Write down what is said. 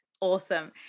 Awesome